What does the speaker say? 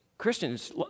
Christians